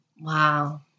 Wow